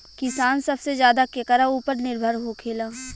किसान सबसे ज्यादा केकरा ऊपर निर्भर होखेला?